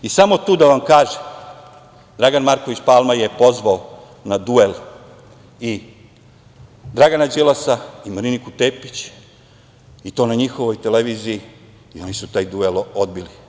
Samo tu da vam kažem, Dragan Marković Palma je pozvao na duel i Dragana Đilasa i Mariniku Tepić, i to na njihovoj televiziji, a oni su taj duel odbili.